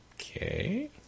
Okay